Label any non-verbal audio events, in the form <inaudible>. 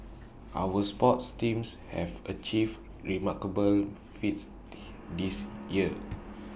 our sports teams have achieved remarkable feats <noise> this year